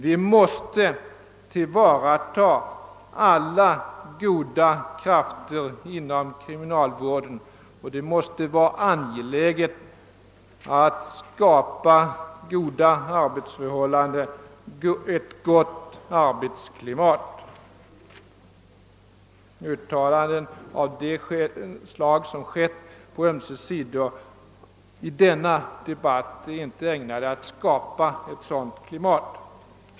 Vi måste tillvarta alla goda krafter inom kriminalvården, och det är som sagt mycket angeläget att skapa goda arbetsförhållanden och ett gott arbetsklimat. Uttalanden av det slag som gjorts på ömse sidor i denna debatt är inte ägnade att åstadkomma ett sådant klimat.